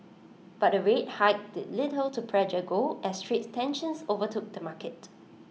but the rate hike did little to pressure gold as trade tensions overtook the market